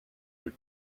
her